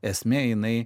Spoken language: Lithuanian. esmė jinai